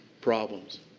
problems